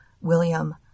William